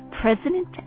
President